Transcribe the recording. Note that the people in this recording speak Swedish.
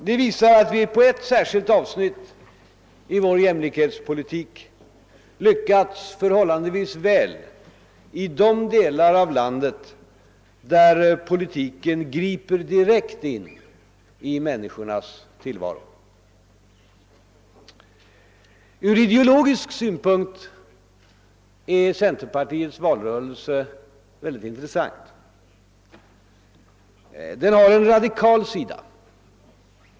Det visar att vi på ett speciellt avsnitt i vår jämlikhetspolitik har lyckats förhållandevis väl i de delar av landet där politiken griper direkt in i människornas tillvaro. Från ideologisk synpunkt uppvisar centerpartiets valrörelse mycket intressanta drag. Den har en radikal sida.